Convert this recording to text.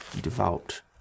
devout